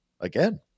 Again